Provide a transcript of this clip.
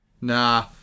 Nah